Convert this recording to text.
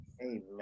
amen